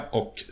och